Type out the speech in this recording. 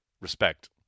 Respect